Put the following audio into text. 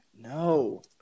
No